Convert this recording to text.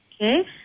Okay